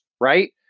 right